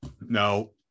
No